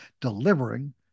delivering